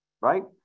right